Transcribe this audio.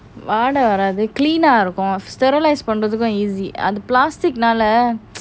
வாடா வரத்து:vaada varathu the clean ah இருக்கும்:irukum sterilise பண்றதுக்கு:panrathukum easy அது:athu plastic நாலா:naala